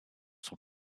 son